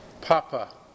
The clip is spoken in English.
Papa